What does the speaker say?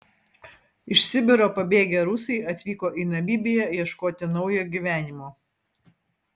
iš sibiro pabėgę rusai atvyko į namibiją ieškoti naujo gyvenimo